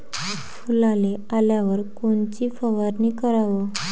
फुलाले आल्यावर कोनची फवारनी कराव?